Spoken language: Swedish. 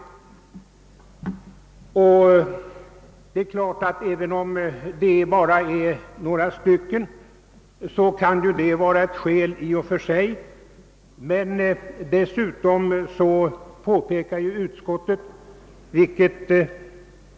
även om det bara skulle gälla några få, kan det i och för sig utgöra ett skäl.